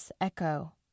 Echo